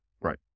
right